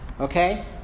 okay